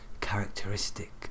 characteristic